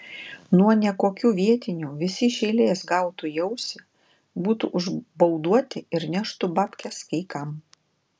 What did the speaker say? nuo nekokių vietinių visi iš eilės gautų į ausį būtų užbauduoti ir neštų babkes kai kam